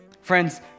Friends